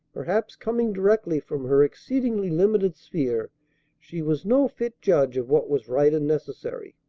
perhaps coming directly from her exceedingly limited sphere she was no fit judge of what was right and necessary.